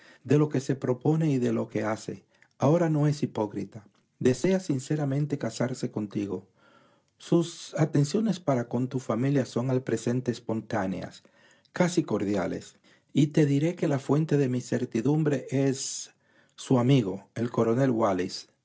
de lo que se propone y de lo que hace ahora no es hipócrita desea sinceramente casarse contigo sus atenciones para con tu familia son al presente espontáneas casi cordiales y te diré que la fuente de mi certidumbre es su amigo el coronel wallis